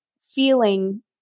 feeling